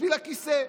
בשביל הכיסא,